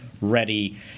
ready